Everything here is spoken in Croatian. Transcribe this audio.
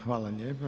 Hvala lijepa.